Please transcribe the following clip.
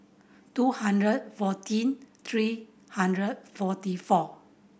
two hundred fourteen three hundred forty four